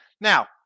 Now